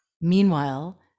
meanwhile